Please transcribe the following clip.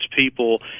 people